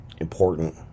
Important